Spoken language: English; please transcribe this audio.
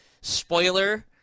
spoiler